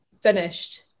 finished